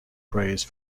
praise